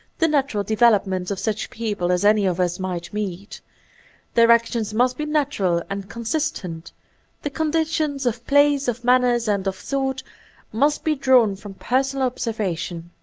the natural developments of such people as any of us might meet their actions must be natural and con sistent the conditions of place, of manners, and of thought must be drawn from personal observation.